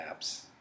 apps